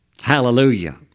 Hallelujah